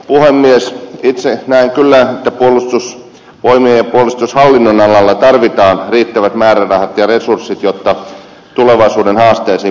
itse näen kyllä että puolustusvoimien ja puolustushallinnon alalla tarvitaan riittävät määrärahat ja resurssit jotta tulevaisuuden haasteisiin voidaan vastata